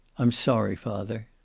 i'm sorry, father.